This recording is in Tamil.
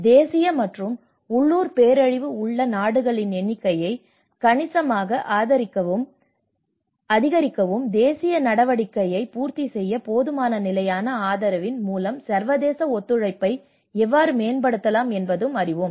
தேசிய மற்றும் உள்ளூர் பேரழிவு உள்ள நாடுகளின் எண்ணிக்கையை கணிசமாக அதிகரிக்கவும் தேசிய நடவடிக்கையை பூர்த்தி செய்ய போதுமான நிலையான ஆதரவின் மூலம் சர்வதேச ஒத்துழைப்பை எவ்வாறு மேம்படுத்தலாம் என்பதை அறிவோம்